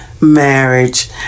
marriage